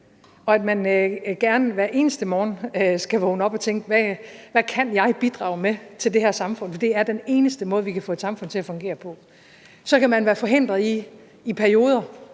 og at man gerne hver eneste morgen skal vågne op og tænke: Hvad kan jeg bidrage med til det her samfund? For det er den eneste måde, vi kan få et samfund til at fungere på. Så kan man være forhindret i det